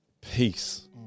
peace